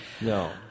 No